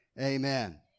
Amen